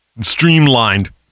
streamlined